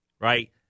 right